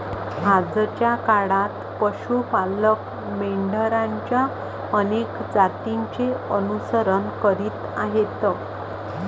आजच्या काळात पशु पालक मेंढरांच्या अनेक जातींचे अनुसरण करीत आहेत